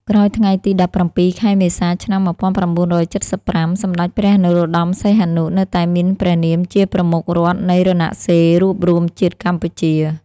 ក្រោយថ្ងៃទី១៧ ខែមេសា ឆ្នាំ១៩៧៥ សម្តេចព្រះ នរោត្តម សីហនុ នៅតែមានព្រះនាមជាប្រមុខរដ្ឋនៃរណសិរ្សរួបរួមជាតិកម្ពុជា។